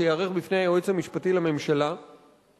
שייערך בפני היועץ המשפטי לממשלה לא,